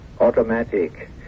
automatic